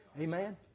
Amen